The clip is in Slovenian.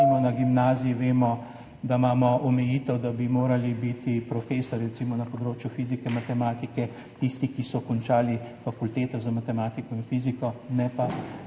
na gimnaziji vemo, da imamo omejitev, da bi morali biti profesorji recimo na področju fizike, matematike tisti, ki so končali fakulteto za matematiko in fiziko, ne pa